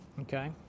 Okay